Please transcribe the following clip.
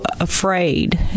afraid